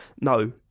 No